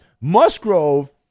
Musgrove